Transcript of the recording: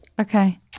Okay